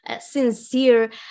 sincere